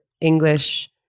English